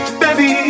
baby